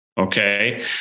Okay